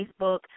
Facebook